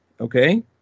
Okay